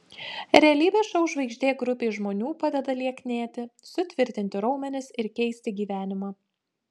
realybės šou žvaigždė grupei žmonių padeda lieknėti sutvirtinti raumenis ir keisti gyvenimą